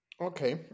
Okay